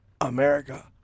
America